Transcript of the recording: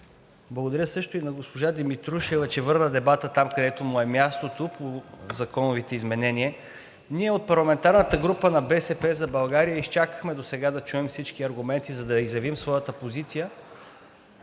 Благодаря също и на госпожа Димитрушева, че върна дебата там, където му е мястото – по законовите изменения. Ние от парламентарната група на „БСП за България“ изчакахме досега да чуем всички аргументи, за да изявим своята позиция